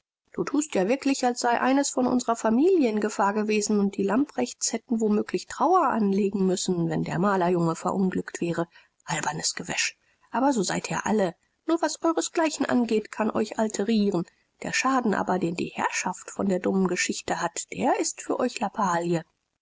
du thust ja wirklich als sei eines von unserer familie in gefahr gewesen und die lamprechts hätten womöglich trauer anlegen müssen wenn der malerjunge verunglückt wäre albernes gewäsch aber so seid ihr alle nur was euresgleichen angeht kann euch alterieren der schaden aber den die herrschaft von der dummen geschichte hat der ist für euch lappalie